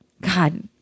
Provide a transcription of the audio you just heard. God